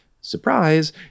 Surprise